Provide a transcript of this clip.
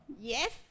Yes